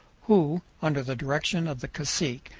who, under the direction of the cacique,